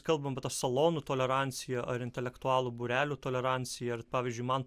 kalbant apie tą salonų toleranciją ar intelektualų būrelių tolerancija ar pavyzdžiui man